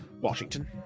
Washington